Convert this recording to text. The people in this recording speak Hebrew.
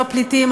לא פליטים,